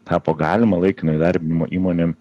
tapo galima laikino įdarbinimo įmonėm